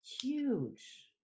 Huge